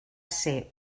ser